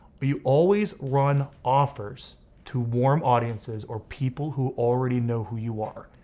but you always run offers to warm audiences or people who already know who you are.